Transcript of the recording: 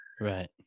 Right